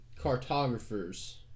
cartographer's